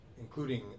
including